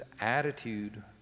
attitude